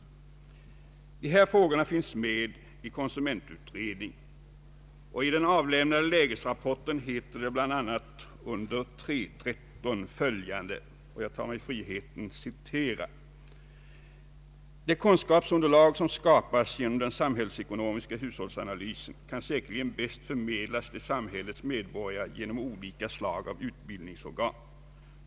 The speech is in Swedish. Dessa frågor behandlas av konsumentutredningen. I den avlämnade lägesrapporten heter det bl.a. under punkten 3:13 följande, som jag tar mig friheten att citera: ”Det kunskapsunderlag som skapas genom den samhällsekonomiska hushållsanalysen kan säkerligen bäst förmedlas till samhällets medborgare genom olika slag av utbildningsorgan.